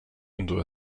under